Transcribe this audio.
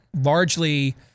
largely